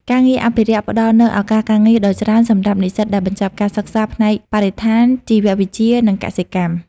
ការងារអភិរក្សផ្តល់នូវឱកាសការងារដ៏ច្រើនសម្រាប់និស្សិតដែលបញ្ចប់ការសិក្សាផ្នែកបរិស្ថាន ជីវវិទ្យា និងកសិកម្ម។